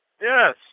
Yes